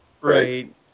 Right